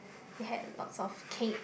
they had lots of cake